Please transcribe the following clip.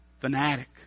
Fanatic